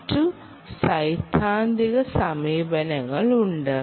മറ്റ് സൈദ്ധാന്തിക സമീപനങ്ങളുണ്ട്